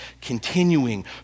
continuing